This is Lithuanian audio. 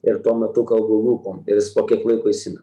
ir tuo metu kalbu lūpom ir jis po kiek laiko įsimena